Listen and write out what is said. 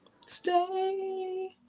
Stay